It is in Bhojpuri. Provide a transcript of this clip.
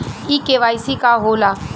इ के.वाइ.सी का हो ला?